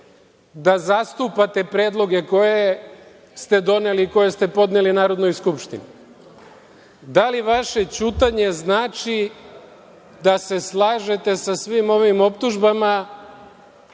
da zastupate predloge koje ste doneli i koje ste podneli Narodnoj skupštini? Da li vaše ćutanje znači da se slažete sa svim ovim optužbama